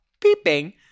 peeping